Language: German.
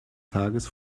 tages